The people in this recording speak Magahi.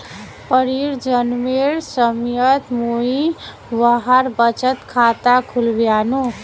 परीर जन्मेर समयत मुई वहार बचत खाता खुलवैयानु